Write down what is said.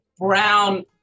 brown